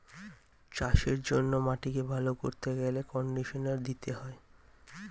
চাষের জন্য মাটিকে ভালো করতে গেলে কন্ডিশনার দিতে হয়